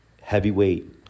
heavyweight